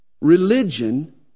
religion